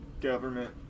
government